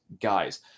guys